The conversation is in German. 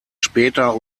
später